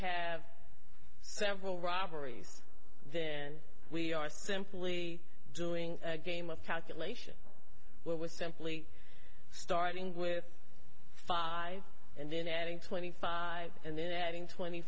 have several robberies then we are simply doing a game of calculation where we're simply starting with five and then adding twenty five and then